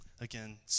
again